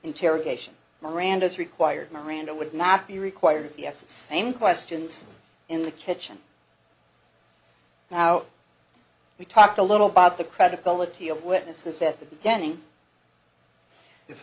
interrogation miranda is required miranda would not be required yes same questions in the kitchen now we talked a little by the credibility of witnesses at the beginning if